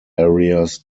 areas